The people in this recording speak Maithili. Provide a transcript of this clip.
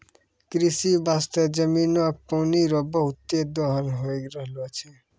कृषि बास्ते जमीनो के पानी रो बहुते दोहन होय रहलो छै